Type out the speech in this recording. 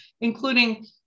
including